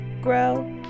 grow